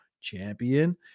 champion